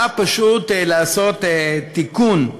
בא פשוט לעשות תיקון,